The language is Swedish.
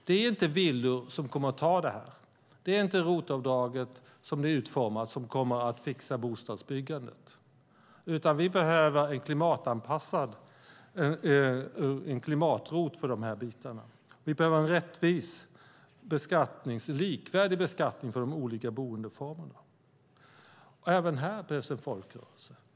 Det är inte villor eller ROT-avdraget som kommer att fixa bostadsbyggandet. Vi behöver en klimat-ROT för dessa bitar. Vi behöver en rättvis och likvärdig beskattning för de olika boendeformerna. Även här behövs det en folkrörelse.